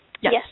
Yes